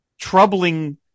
troubling